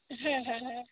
হুম হুম হুম